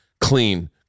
clean